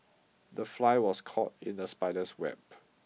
the fly was caught in the spider's web